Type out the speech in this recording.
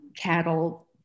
cattle